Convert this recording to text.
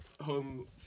home